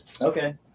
Okay